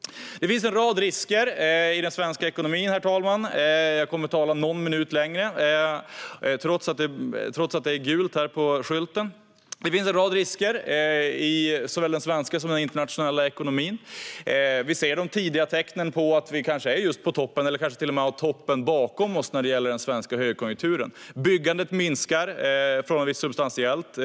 Herr talman! Det finns en rad risker i såväl den svenska som den internationella ekonomin. Vi ser de tidiga tecknen på att vi kanske är på toppen eller kanske till och med har toppen bakom oss när det gäller den svenska högkonjunkturen. Byggandet minskar förhållandevis substantiellt.